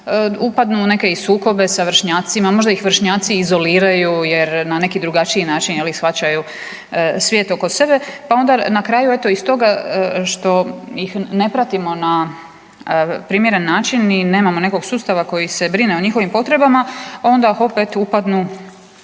upadnu u neke i sukobe sa vršnjacima, možda ih vršnjaci izoliraju jer na neki drugačiji način shvaćaju svijet oko sebe. Pa onda na kraju eto iz toga što ih ne pratimo na primjeren način i nemamo nekog sustava koji se brine o njihovim potrebama onda opet upadnu